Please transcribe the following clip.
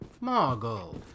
Margot